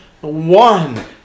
one